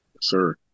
Sir